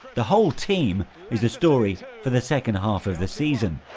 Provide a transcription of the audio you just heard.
the whole team is the story for the second half of the season.